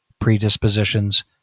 predispositions